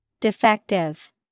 Defective